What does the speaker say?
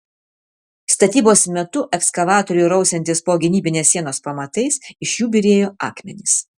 statybos metu ekskavatoriui rausiantis po gynybinės sienos pamatais iš jų byrėjo akmenys